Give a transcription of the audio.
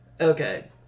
Okay